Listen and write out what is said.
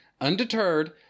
Undeterred